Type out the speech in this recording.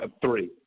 Three